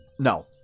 No